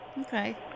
Okay